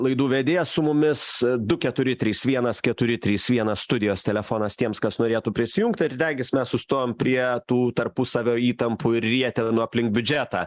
laidų vedėjas su mumis du keturi trys vienas keturi trys vienas studijos telefonas tiems kas norėtų prisijungt ir regis mes sustojom prie tų tarpusavio įtampų ir rietenų aplink biudžetą